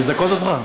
לזכות אותך?